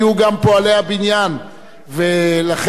היתה קרן פועלי בניין.